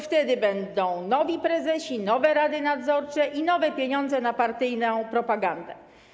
Wtedy będą nowi prezesi, nowe rady nadzorcze i nowe pieniądze na partyjną propagandę.